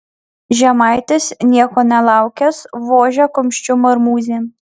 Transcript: žemaitis nieko nelaukęs vožia kumščiu marmūzėn